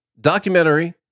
documentary